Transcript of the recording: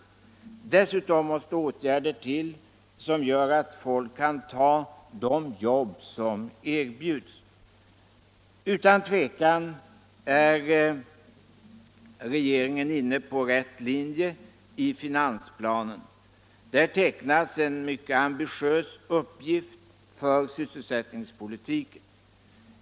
Dessutom måste åtgärder till som gör att folk kan ta de jobb som bjuds. Utan tvivel är regeringen inne på rätt linje i finansplanen. Där tecknas en mycket ambitiös uppgift för syssselsättningspolitiken.